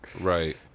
Right